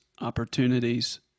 opportunities